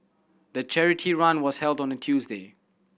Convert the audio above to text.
the charity run was held on a Tuesday